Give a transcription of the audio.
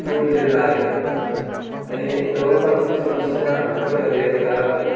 तोंड दिलेला आहे आणि जवळपास ती समस्या आटोक्यात आली आहे कारण